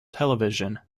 television